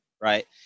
right